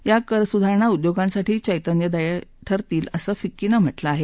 या कर सुधारणा उद्योगांसाठी चतित्यदायी ठरतील असं फिक्की नं म्हटलं आहे